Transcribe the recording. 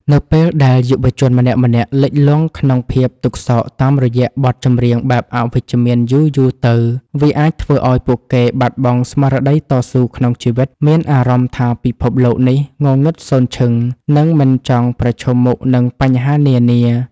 នៅពេលដែលយុវជនម្នាក់ៗលិចលង់ក្នុងភាពទុក្ខសោកតាមរយៈបទចម្រៀងបែបអវិជ្ជមានយូរៗទៅ វាអាចធ្វើឱ្យពួកគេបាត់បង់ស្មារតីតស៊ូក្នុងជីវិត មានអារម្មណ៍ថាពិភពលោកនេះងងឹតសូន្យឈឹង និងមិនចង់ប្រឈមមុខនឹងបញ្ហានានា